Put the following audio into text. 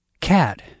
Cat